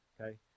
Okay